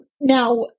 Now